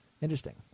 Interesting